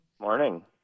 Morning